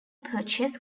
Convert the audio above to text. purchase